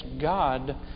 God